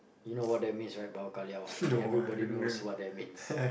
you know what's that means I mean everybody knows what that means